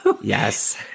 yes